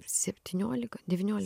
septyniolika devyniolika